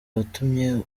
watumye